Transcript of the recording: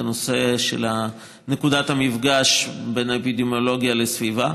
בנושא של נקודת המפגש בין אפידמיולוגיה לסביבה.